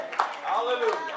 Hallelujah